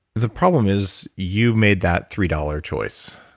the problem is you made that three dollars choice.